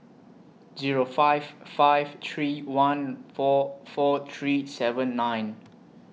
Zero five five three one four four three seven nine